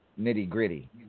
Nitty-gritty